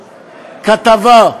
כתבה,